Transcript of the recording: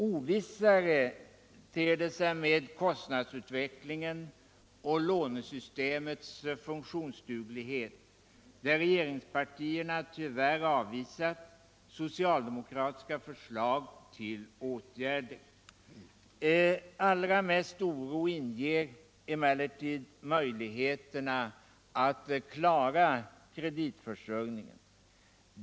Ovissare ter det sig med kostdnadsutvecklingen och lånesystemets funktionsduglighet, där regeringspartierna tyvärr avvisat socialdemokratiska förslag till åtgärder. | Allra mest oro inger emellertid möjligheterna att klara kreditförsörjningen.